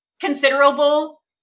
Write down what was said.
considerable